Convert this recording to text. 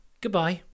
Goodbye